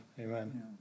amen